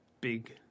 big